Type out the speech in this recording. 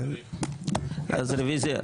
אז רוויזיה.